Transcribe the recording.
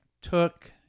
took